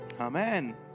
Amen